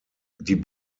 die